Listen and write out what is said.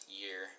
year